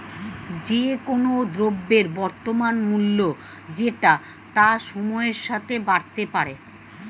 যে কোন দ্রব্যের বর্তমান মূল্য যেটা তা সময়ের সাথে বাড়তে পারে